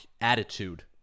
attitude